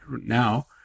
now